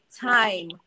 time